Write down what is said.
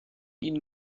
une